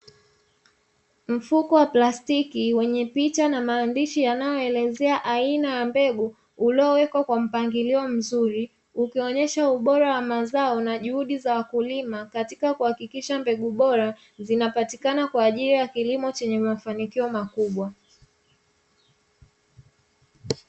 Mfuko wa plastiki wenye picha na maandishi yanayoelezea aina ya mbegu uliowekwa kwa mpangilio mzuri, ukionyesha ubora wa mazao na juhudi za wakulima katika kuhakikisha mbegu bora zinapatikana kwa ajili ya kilimo chenye mafanikio makubwa.